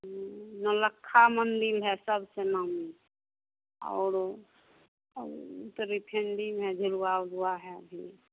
नौलक्खा मंदिर है सब से नामी है और और फिर में झूला उलुआ है ही